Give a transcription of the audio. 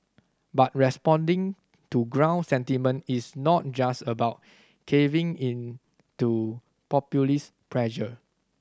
but responding to ground sentiment is not just about caving into populist pressure